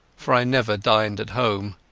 for i never dined at home.